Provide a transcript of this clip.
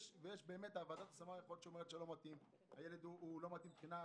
ובאמת יכול להיות שוועדת ההשמה אומרת שהילד לא מתאים למסגרות הקיימות,